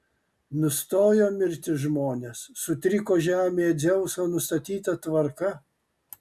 nustojo mirti žmonės sutriko žemėje dzeuso nustatyta tvarka